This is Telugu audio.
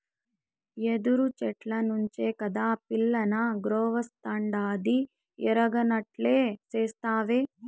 యెదురు చెట్ల నుంచే కాదా పిల్లనగ్రోవస్తాండాది ఎరగనట్లే సెప్తావే